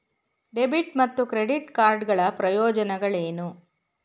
Debit ಮತ್ತು credit card ಗಳ ಪ್ರಯೋಜನಗಳೇನು?